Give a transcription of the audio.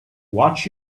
watch